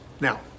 Now